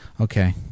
Okay